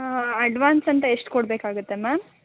advance ಅಂತ ಎಷ್ಟು ಕೊಡಬೇಕಾಗತ್ತೆ ಮ್ಯಾಮ್